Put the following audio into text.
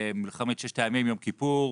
מלחמת ששת הימים ויום כיפור,